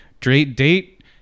date